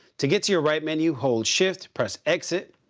to get to your write menu, hold shift, press exit.